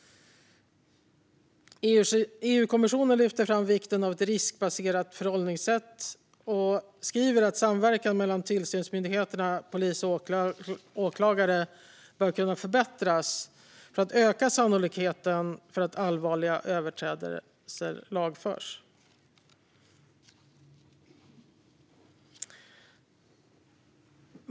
EU-kommissionen lyfter fram vikten av ett riskbaserat förhållningssätt och skriver att samverkan mellan tillsynsmyndigheter, polis och åklagare bör kunna förbättras för att öka sannolikheten för att allvarliga överträdelser lagförs.